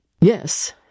Yes